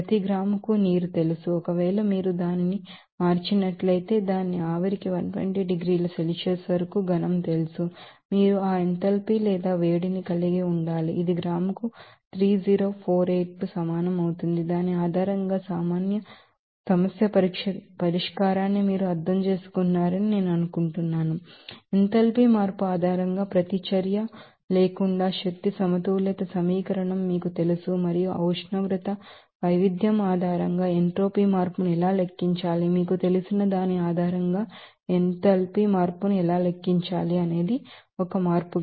ప్రతి గ్రాముకు నీరు తెలుసు ఒకవేళ మీరు దానిని మార్చినట్లయితే దాని ఆవిరికి 120 డిగ్రీల సెల్సియస్ వరకు సాలిడ్ తెలుసు మీరు ఆ ఎంథాల్పీ లేదా వేడిని కలిగి ఉండాలి ఇది గ్రాముకు 3048 joule కు సమానం అవుతుంది దాని ఆధారంగా సమస్యా పరిష్కారాన్ని మీరు అర్థం చేసుకున్నారని నేను అనుకుంటున్నాను ఎంథాల్పీ మార్పు ఆధారంగా రియాక్షన్ లేకుండా ఎనర్జీ బాలన్స్ ఈక్వేషన్ మీకు తెలుసు మరియు ఆ ఉష్ణోగ్రత వైవిధ్యం ఆధారంగా ఎంట్రోపీ మార్పును ఎలా లెక్కించాలి మీకు తెలిసిన దాని ఆధారంగా ఎంథాల్పీ మార్పును ఎలా లెక్కించాలి ఒక మార్పు